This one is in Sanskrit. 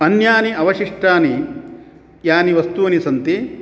अन्यानि अवशिष्टानि यानि वस्तूनि सन्ति